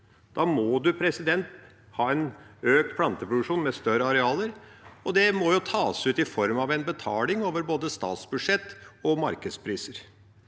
Da må en ha en økt planteproduksjon med større arealer, og det må tas ut i form av en betaling over både statsbudsjett og markedspriser.